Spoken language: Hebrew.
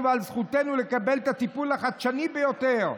ועל זכותנו לקבל את הטיפול החדשני ביותר,